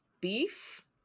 Beef